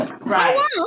right